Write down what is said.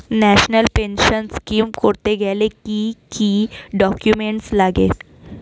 National pension scheme করতে গেলে কি কি ডকুমেন্ট লাগে?